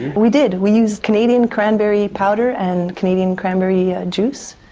we did, we used canadian cranberry powder and canadian cranberry ah juice.